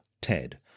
Ted